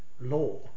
law